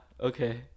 Okay